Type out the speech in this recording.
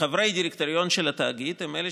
וחברי הדירקטוריון של התאגיד הם אלה